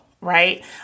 Right